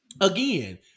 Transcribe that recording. again